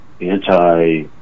anti